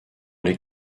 les